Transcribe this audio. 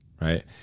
right